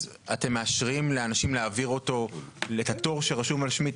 האם אתם מאשרים לאנשים להעביר את התור שרשום על שמי,